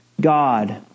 God